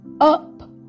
up